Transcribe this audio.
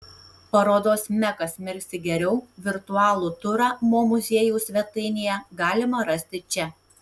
parodos mekas mirksi geriau virtualų turą mo muziejaus svetainėje galima rasti čia